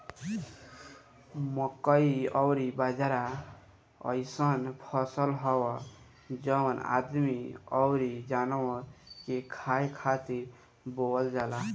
मकई अउरी बाजरा अइसन फसल हअ जवन आदमी अउरी जानवर के खाए खातिर बोअल जाला